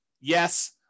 Yes